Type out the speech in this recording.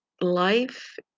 life